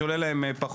שעולה להם פחות.